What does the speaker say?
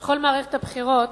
בכל מערכת הבחירות